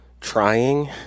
trying